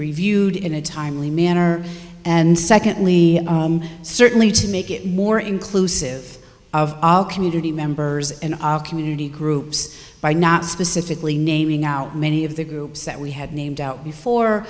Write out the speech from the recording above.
reviewed in a timely manner and secondly certainly to make it more inclusive of all community members and community groups by not specifically naming out many of the groups that we had named out